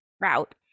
route